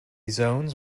zones